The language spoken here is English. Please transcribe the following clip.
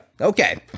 Okay